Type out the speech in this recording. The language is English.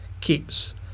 Keeps